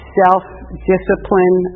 self-discipline